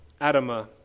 Adama